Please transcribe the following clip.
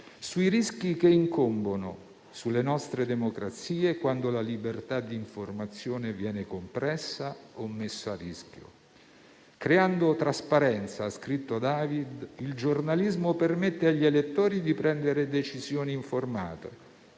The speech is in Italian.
sui rischi che incombono sulle nostre democrazie quando la libertà di informazione viene compressa o messa a rischio. Creando trasparenza - ha scritto David - il giornalismo permette agli elettori di prendere decisioni informate.